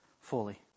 fully